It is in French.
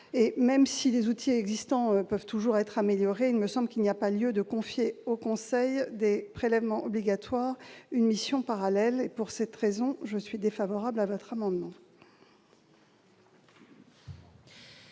Même si les outils existants peuvent toujours être améliorés, il me semble qu'il n'y a pas lieu de confier au Conseil des prélèvements obligatoires une mission parallèle. Telle est la raison pour laquelle je suis défavorable à ces amendements.